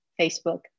Facebook